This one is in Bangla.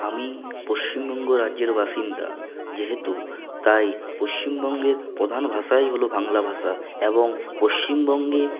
আমি পশ্চিমবঙ্গ রাজ্যের বাসিন্দা যেহেতু তাই পশ্চিমবঙ্গের প্রধান ভাষাই হল বাংলা ভাষা এবং পশ্চিমবঙ্গে